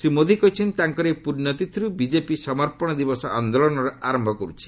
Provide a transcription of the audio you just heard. ଶୀ ମୋଦି କହିଛନ୍ତି ତାଙ୍କର ଏହି ପ୍ରଣ୍ୟତିଥର୍ ବିକେପି ସମର୍ପଶ ଦିବସ ଆନ୍ଦୋଳନର ଆରମ୍ଭ କର୍ରଛି